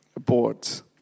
boards